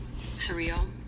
Surreal